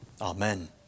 Amen